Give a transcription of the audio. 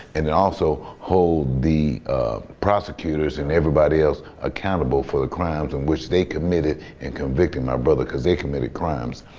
and then also hold the prosecutors and everybody else accountable for the crimes in which they committed in convicting my brother cause they committed crimes.